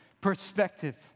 perspective